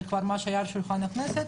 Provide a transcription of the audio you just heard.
זה כבר מה שהיה על שולחן הכנסת.